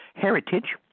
Heritage